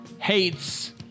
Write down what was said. hates